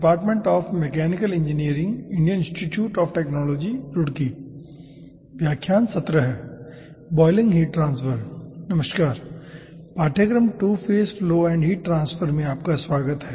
नमस्कार पाठ्यक्रम two phase flow and heat transfer में आपका स्वागत है